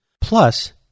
plus